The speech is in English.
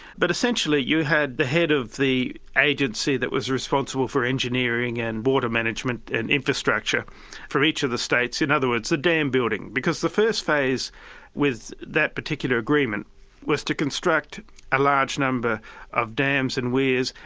but essentially you had the head of the agency that was responsible for engineering and water management and infrastructure from each of the states. in other words, a dam building. because the first phase with that particular agreement was to construct a large number of dams and weirs,